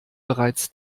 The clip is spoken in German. bereits